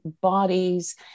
bodies